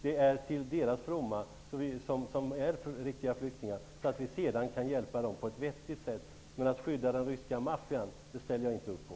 Det är till deras fromma som är riktiga flyktingar, så att vi sedan kan hjälpa dem på ett vettigt sätt. Men att skydda den ryska maffian ställer jag inte upp på.